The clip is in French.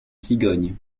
cigogne